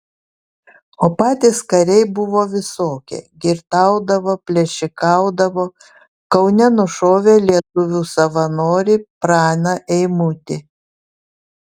o patys kariai buvo visokie girtaudavo plėšikaudavo kaune nušovė lietuvių savanorį praną eimutį